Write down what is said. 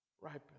ripen